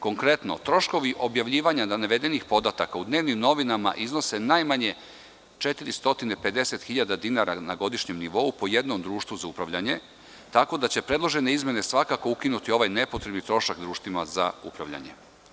Konkretno, troškovi objavljivanja navedenih podataka u dnevnim novinama iznose najmanje 450.000 hiljada dinara na godišnjem nivou po jednom društvu za upravljanje, tako da će predložene izmene svakako ukinuti ovaj nepotrebni trošak društvima za upravljanje.